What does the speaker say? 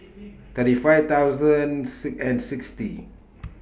thirty five thousand and sixty